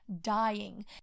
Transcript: dying